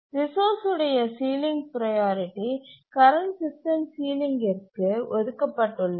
resource உடைய ceiling priority current system சீலிங்கிற்கு ஒதுக்கப்பட்டுள்ளது